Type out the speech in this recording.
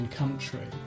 country